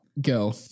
Go